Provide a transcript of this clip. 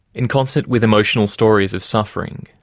in concert with emotional stories of suffering,